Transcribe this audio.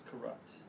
corrupt